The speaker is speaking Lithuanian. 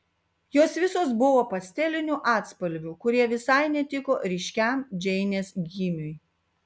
jos visos buvo pastelinių atspalvių kurie visai netiko ryškiam džeinės gymiui